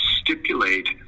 stipulate